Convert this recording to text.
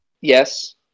Yes